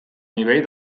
nivell